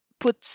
put